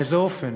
באיזה אופן?